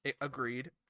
Agreed